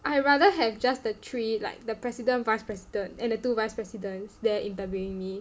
I rather have just the three like the president vice president and the two vice presidents there interviewing me